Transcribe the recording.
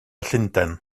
llundain